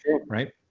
Right